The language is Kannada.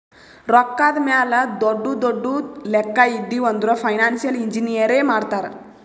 ರೊಕ್ಕಾದ್ ಮ್ಯಾಲ ದೊಡ್ಡು ದೊಡ್ಡು ಲೆಕ್ಕಾ ಇದ್ದಿವ್ ಅಂದುರ್ ಫೈನಾನ್ಸಿಯಲ್ ಇಂಜಿನಿಯರೇ ಮಾಡ್ತಾರ್